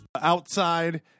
outside